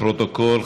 לפרוטוקול,